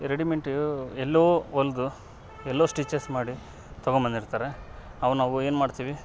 ರೆಡಿಮೆಂಟೂ ಎಲ್ಲೋ ಹೊಲ್ದು ಎಲ್ಲೋ ಸ್ಟಿಚಸ್ ಮಾಡಿ ತಗೋ ಬಂದಿರ್ತಾರೆ ಅವು ನಾವು ಏನು ಮಾಡ್ತೀವಿ